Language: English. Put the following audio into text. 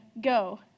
Go